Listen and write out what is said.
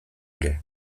ere